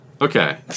Okay